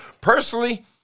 personally